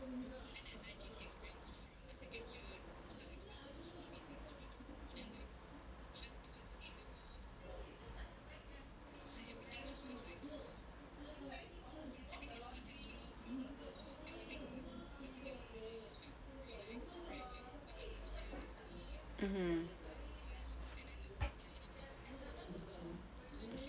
mmhmm